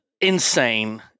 insane